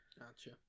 Gotcha